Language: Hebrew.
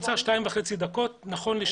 את השחרור הזה אנחנו מספקים כמובן הרבה יותר